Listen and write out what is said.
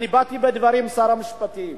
אני באתי בדברים עם שר המשפטים,